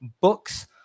books